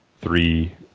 three